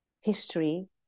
history